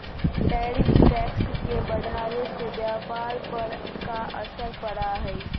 tariff tax के बढ़ावे से व्यापार पर का असर पड़ा हई